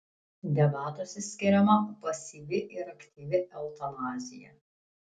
debatuose skiriama pasyvi ir aktyvi eutanazija